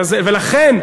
ולכן,